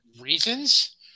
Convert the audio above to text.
Reasons